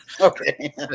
okay